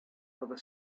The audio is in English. other